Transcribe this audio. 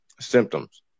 symptoms